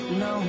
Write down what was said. no